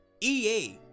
EA